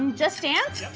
um just dance. yeah